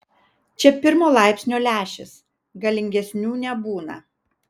čia pirmo laipsnio lęšis galingesnių nebūna